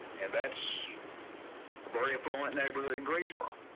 and that's a very affluent neighborhood in greensboro.